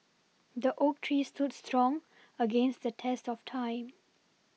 the oak tree stood strong against the test of time